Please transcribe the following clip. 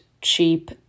cheap